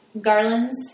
garlands